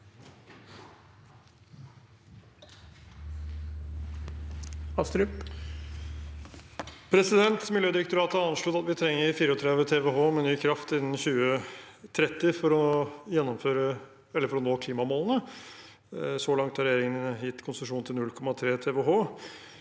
Miljødirektoratet har anslått at vi trenger 34 TWh med ny kraft innen 2030 for å nå klimamålene. Så langt har regjeringen gitt konsesjon til 0,3 TWh.